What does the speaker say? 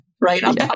Right